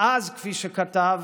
ואז, כפי שכתב